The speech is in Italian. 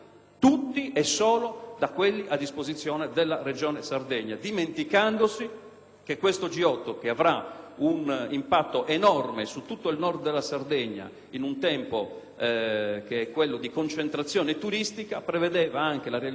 questo G8, che avrà un impatto enorme su tutto il Nord della Sardegna, in un tempo di concentrazione turistica, prevedeva anche la realizzazione di un'importante arteria viaria che improvvisamente sparisce. C'è un certo